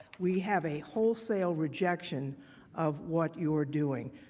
we have a wholesale rejection of what you're doing.